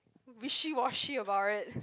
wishy washy about it